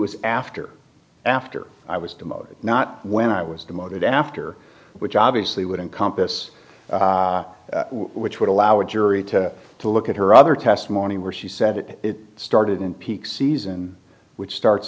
was after after i was demoted not when i was demoted after which obviously would encompass which would allow a jury to to look at her other testimony where she said it started in peak season which starts